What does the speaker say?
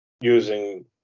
using